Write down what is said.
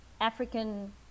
african